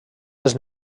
les